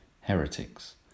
heretics